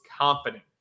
confident